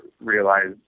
realize